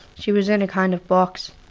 she was in a kind of box.